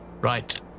Right